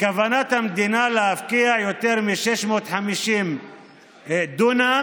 בכוונת המדינה להפקיע יותר מ-650 דונם